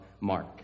Mark